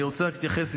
אני רוצה להתייחס,